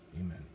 amen